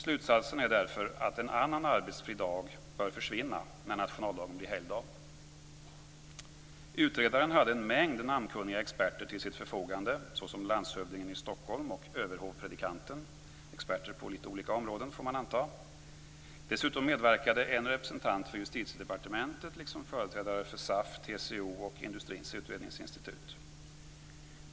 Slutsatsen är därför att en annan arbetsfri dag bör försvinna när nationaldagen blir helgdag. Utredaren hade en mängd namnkunniga experter till sitt förfogande, såsom landshövdingen i Stockholm och överhovpredikanten - experter på litet olika områden, får man anta. Dessutom medverkade en representant för Justitiedepartementet liksom företrädare för SAF, TCO och Industrins utredningsinstitut.